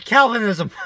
Calvinism